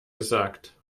gesagt